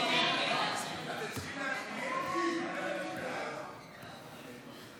חוק יישום תוכנית ההתנתקות (תיקון מס' 7),